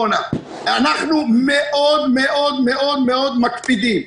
אנחנו מאוד מאוד מאוד מקפידים.